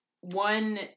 one